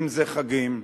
אם חגים,